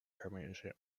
premiership